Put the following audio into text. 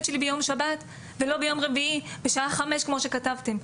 שלי ביום שבת ולא ביום רביעי בשעה חמש כמו שכתבתם,